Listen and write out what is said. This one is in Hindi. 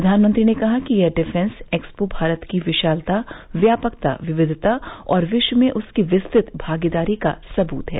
प्रधानमंत्री ने कहा कि यह डिफेंस एक्सपो भारत की विशालता व्यापकता विविधता और विश्व में उसकी विस्तृत भागीदारी का सबूत है